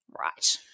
right